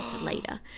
later